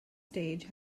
stage